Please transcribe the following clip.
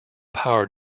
power